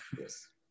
Yes